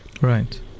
Right